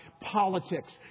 politics